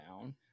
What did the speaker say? down